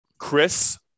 Chris